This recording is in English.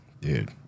dude